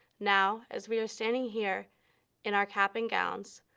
now as we are standing here in our cap and gowns,